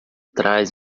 trás